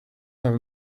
have